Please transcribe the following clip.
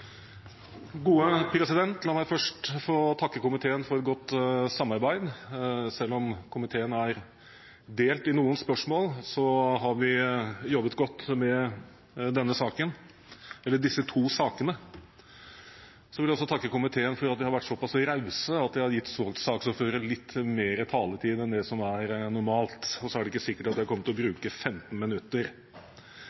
noen spørsmål, har vi jobbet godt med disse to sakene. Jeg vil også takke komiteen for at de har vært såpass rause at de har gitt saksordføreren litt mer taletid enn det som er normalt. Det er ikke sikkert jeg kommer til å